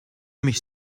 mich